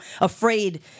afraid